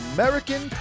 American